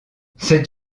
c’est